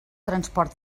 transport